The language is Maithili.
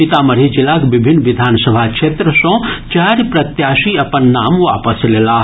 सीतामढी जिलाक विभिन्न विधानसभा क्षेत्र सँ चारि प्रत्याशी अपन नाम वापस लेलाह